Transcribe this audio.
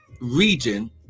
region